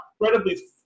incredibly